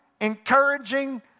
encouraging